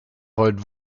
wollt